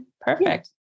perfect